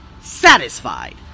satisfied